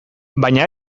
baina